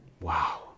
Wow